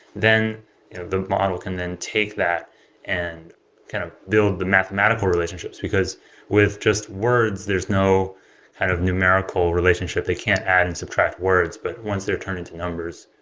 then the model can then take that and kind of build the mathematical relationships, because with just words, there is no kind of numerical relationship. they can't add and subtract words, but once they turn into numbers,